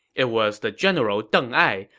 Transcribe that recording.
it was the general deng ai,